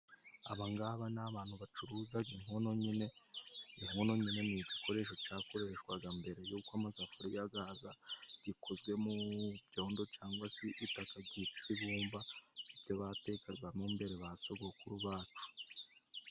Abangaba ni abantu bacuruzaga inkono nyine, inkono nyine ni igikoresho cyakoreshwaga mbere y'uko amasafuriya azaza, gikozwe mubyondo cyangwa se itaka gitwa ibumba nijyo batebatekaga mo mbere ba sogokuru bacu.